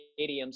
stadiums